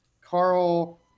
Carl